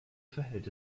verhält